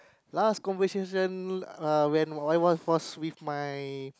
last conversation uh when I was was with my